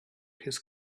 his